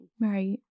Right